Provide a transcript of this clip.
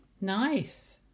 nice